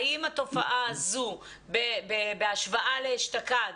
האם התופעה הזו בהשוואה לאשתקד,